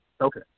Okay